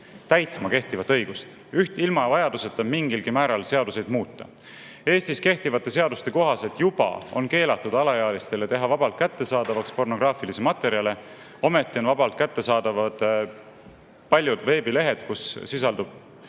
täitma kehtivat õigust ilma vajaduseta mingilgi määral seadusi muuta. Eestis kehtivate seaduste kohaselt juba on keelatud teha alaealistele vabalt kättesaadavaks pornograafilisi materjale. Ometi on vabalt kättesaadavad paljud veebilehed, kus sisaldub